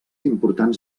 importants